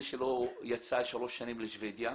כשהוא יצא לשבדיה,